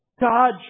God